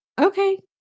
Okay